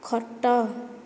ଖଟ